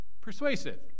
Persuasive